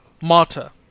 Marta